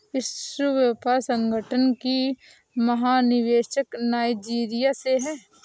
विश्व व्यापार संगठन की महानिदेशक नाइजीरिया से है